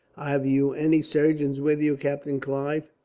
have you any surgeons with you, captain clive?